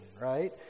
right